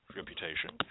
reputation